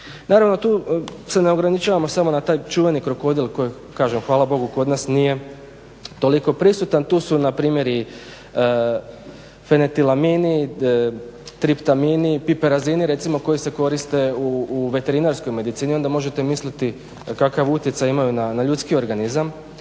Naravno tu se ne ograničavamo samo na taj čuveni "krokodil" koji kažem hvala Bogu kod nas nije toliko prisutan. Tu su npr. i fenetilamini, triptamini, piperazini recimo koji se koriste u veterinarskoj medicini i onda možete misliti kakav utjecaj imaju na ljudski organizam,